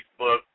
Facebook